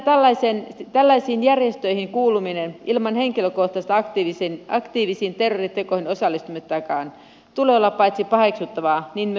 nimittäin tällaisiin järjestöihin kuulumisen ilman henkilökohtaista aktiivista terroritekoihin osallistumistakaan tulee olla paitsi paheksuttavaa myös rangaistavaa